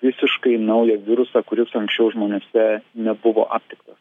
visiškai naują virusą kuris anksčiau žmonėse nebuvo aptiktas